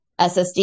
SSD